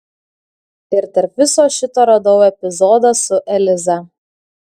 ir tarp viso šito radau epizodą su eliza